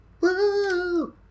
woo